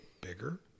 bigger